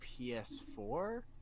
PS4